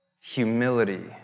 Humility